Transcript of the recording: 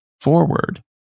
forward